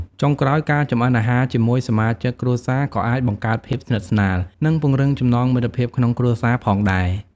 ចុងក្រោយ ការចម្អិនអាហារជាមួយសមាជិកគ្រួសារក៏អាចបង្កើតភាពស្និទ្ធស្នាល និងពង្រឹងចំណងមិត្តភាពក្នុងគ្រួសារផងដែរ។